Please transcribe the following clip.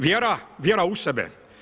Vjera, vjera u sebe.